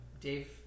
Dave